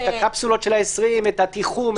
את הקפסולות של 20, את התיחום.